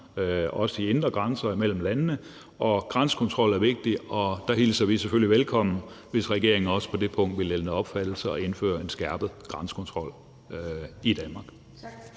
også de indre grænser mellem landene. Grænsekontrol er vigtigt, og der hilser vi det selvfølgelig velkommen, hvis regeringen også på det punkt vil ændre opfattelse og indføre en skærpet grænsekontrol i Danmark.